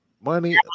Money